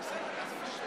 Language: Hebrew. סמי אבו שחאדה,